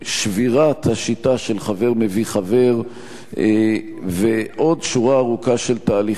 שבירת השיטה של חבר מביא חבר ועוד שורה ארוכה של תהליכים,